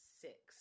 six